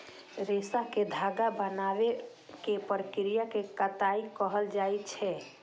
रेशा कें धागा बनाबै के प्रक्रिया कें कताइ कहल जाइ छै